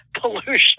pollution